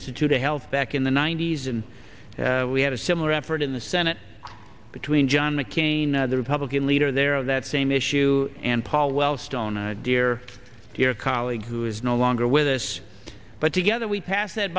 institute of health back in the ninety's and we had a similar effort in the senate between john mccain the republican leader there on that same issue and paul wellstone a dear dear colleague who is no longer with us but together we pass